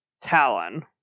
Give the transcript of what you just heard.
Talon